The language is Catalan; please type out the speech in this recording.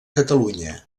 catalunya